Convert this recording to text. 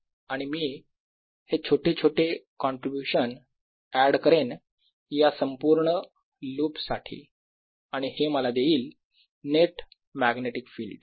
आणि मी हे छोटे छोटे कॉन्ट्रीब्युशन ऍड करेन या संपूर्ण लूप साठी आणि हे मला देईल नेट मॅग्नेटिक फिल्ड